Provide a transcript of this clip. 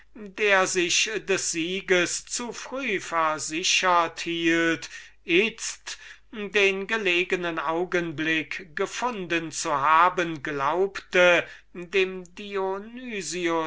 der sich des sieges zu früh versichert hielt itzo den gelegenen augenblick gefunden zu haben glaubte dem